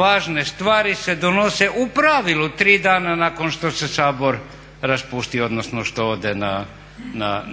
Važne stvari se donose u pravilu tri dana nakon što se Sabor raspusti, odnosno što ode